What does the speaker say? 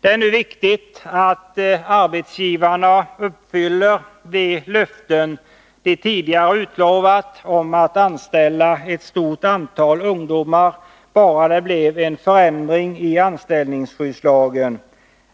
Det är nu viktigt att arbetsgivarna uppfyller de löften de tidigare har givit om att anställa ett stort antal ungdomar, bara det blev en förändring i anställningsskyddslagen.